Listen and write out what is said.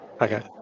Okay